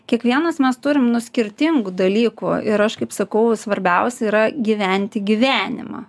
kiekvienas mes turim nu skirtingų dalykų ir aš kaip sakau svarbiausia yra gyventi gyvenimą